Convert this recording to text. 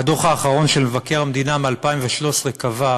הדוח של מבקר המדינה מ-2013 קבע,